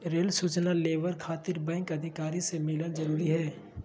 Rail सूचना labour खातिर bank अधिकारी से मिलक जरूरी है?